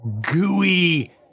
gooey